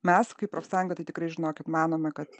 mes kaip profsąjunga tai tikrai žinokit manome kad